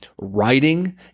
Writing